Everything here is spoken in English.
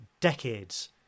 decades